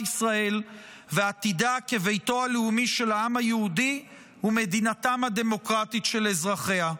ישראל ועתידה כביתו הלאומי של העם היהודי ומדינתם הדמוקרטית של אזרחיה.